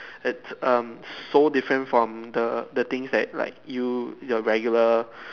it's um so different from the the things like you the regular